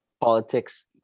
politics